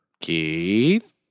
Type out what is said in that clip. Keith